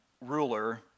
ruler